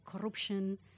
corruption